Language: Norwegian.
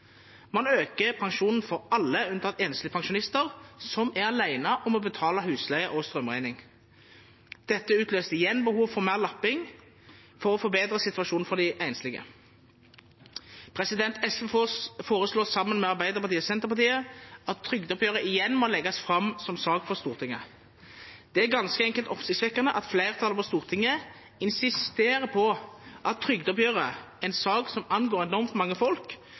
Man øker pensjonen for alle unntatt enslige pensjonister, som er alene om å betale husleie og strømregning. Dette utløste igjen behov for mer lapping for å forbedre situasjonen for de enslige. SV foreslår, sammen med Arbeiderpartiet og Senterpartiet, at trygdeoppgjøret igjen må legges fram som sak for Stortinget. Det er ganske enkelt oppsiktsvekkende at flertallet på Stortinget insisterer på at trygdeoppgjøret, en sak som angår enormt mange folk,